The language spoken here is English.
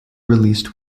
released